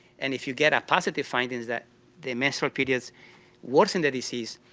and if you get a positive finding that the menstrual period worsens the disease,